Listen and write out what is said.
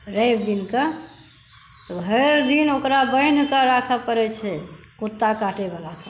रवि दिनक भरि दिन ओकरा बान्हिक राखऽ परै छै कुत्ता काटयवला के